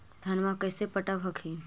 धन्मा कैसे पटब हखिन?